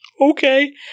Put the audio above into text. okay